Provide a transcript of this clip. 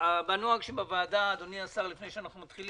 הנוהג שבוועדה, אדוני השר, לפני שנתחיל